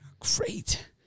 Great